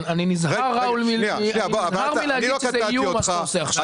ראול, אני נזהר מלהגיד שזה איום אתה עושה עכשיו.